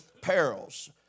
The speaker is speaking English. Perils